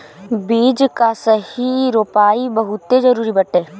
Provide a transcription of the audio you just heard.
बीज कअ सही रोपाई बहुते जरुरी बाटे